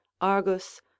Argus